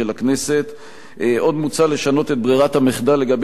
עוד מוצע לשנות את ברירת המחדל לגבי מועד תחילתו של תיקון הטעות,